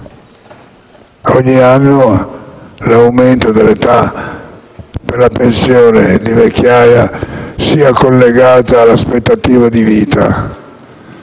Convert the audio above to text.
ogni anno l'aumento dell'età per la pensione di vecchiaia sia collegato all'aspettativa di vita